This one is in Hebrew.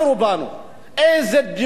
איזה דמגוגיה זולה,